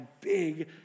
big